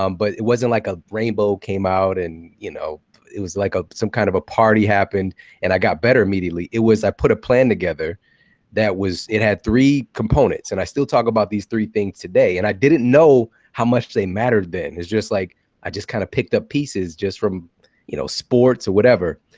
um but it wasn't like a rainbow came out. and you know it was like some kind of a party happened, and i got better immediately. it was i put a plan together that was it had three components, and i still talk about these three things today. and i didn't know how much they mattered then. it's just like i just kind of picked up pieces just from you know sports or whatever.